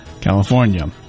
California